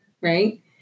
right